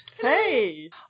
Hey